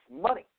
money